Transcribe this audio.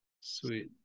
Sweet